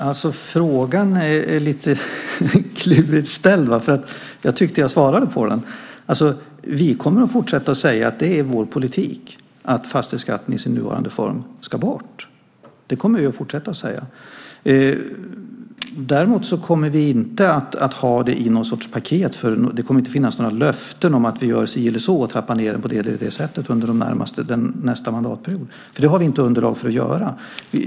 Fru talman! Frågan är lite klurigt ställd, för jag tyckte att jag svarade på den. Vi kommer att fortsätta att säga att det är vår politik att fastighetsskatten i sin nuvarande form ska bort. Däremot kommer vi inte att ha det i någon sorts paket, och det kommer inte att finnas några löften om att vi gör si eller så och trappar ned fastighetsskatten på det ena eller det andra sättet under nästa mandatperiod, för det har vi inte underlag för att göra.